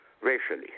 racially